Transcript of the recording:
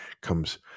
comes